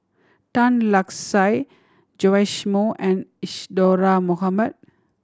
Tan Lark Sye Joash Moo and Isadhora Mohamed